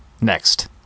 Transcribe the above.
next